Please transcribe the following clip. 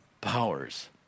powers